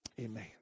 amen